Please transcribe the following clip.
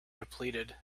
depleted